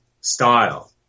style